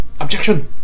Objection